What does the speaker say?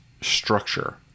structure